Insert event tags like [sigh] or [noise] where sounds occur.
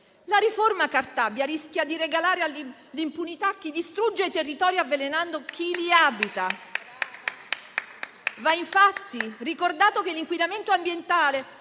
La riforma Cartabia rischia di regalare l'impunità a chi distrugge i territori avvelenando chi li abita. [applause] Va infatti ricordato che l'inquinamento ambientale